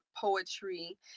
poetry